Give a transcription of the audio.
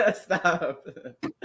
stop